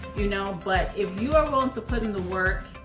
you know but if you are willing to put in the work,